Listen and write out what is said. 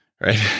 right